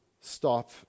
stop